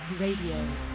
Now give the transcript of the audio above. Radio